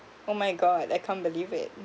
oh my god I can't believe it